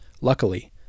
Luckily